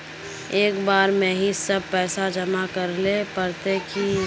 एक बार में ही सब पैसा जमा करले पड़ते की?